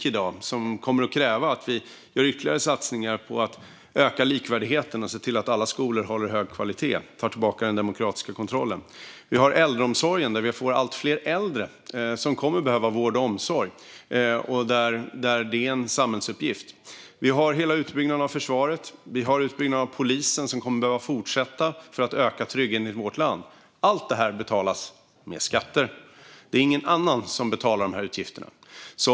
Det krävs att vi tar tillbaka den demokratiska kontrollen och gör ytterligare satsningar på att öka likvärdigheten och se till att alla skolor håller hög kvalitet. Vi har äldreomsorgen, där vi får allt fler äldre som kommer att behöva vård och omsorg. Det är en samhällsuppgift. Vi har hela utbyggnaden av försvaret och även utbyggnaden av polisen, som kommer att behöva fortsätta för att öka tryggheten i vårt land. Allt det här betalas med skatter. Det är ingen annan som betalar de här utgifterna.